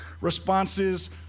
responses